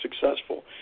successful